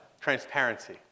transparency